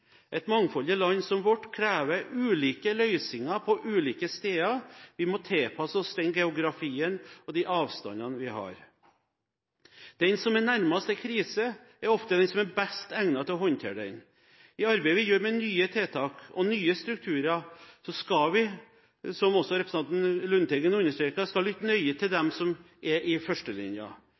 Et mangfoldig land som vårt krever ulike løsninger på ulike steder – vi må tilpasse oss den geografien og de avstandene vi har. Den som er nærmest en krise, er ofte den som er best egnet til å håndtere den. I arbeidet vi gjør med nye tiltak og nye strukturer, skal vi – som også representanten Lundteigen understreket – lytte nøye til dem som er i